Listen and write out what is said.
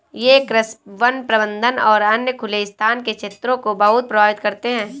ये कृषि, वन प्रबंधन और अन्य खुले स्थान के क्षेत्रों को बहुत प्रभावित करते हैं